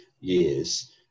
years